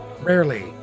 rarely